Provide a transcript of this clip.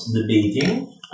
debating